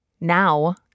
Now